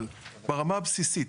אבל ברמה הבסיסית,